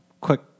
Quick